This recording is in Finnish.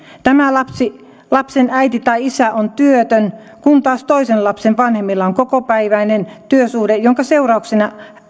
tämän lapsen äiti tai isä on työtön kun taas toisen lapsen vanhemmilla on kokopäiväinen työsuhde jonka seurauksena